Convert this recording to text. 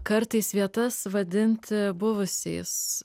kartais vietas vadinti buvusiais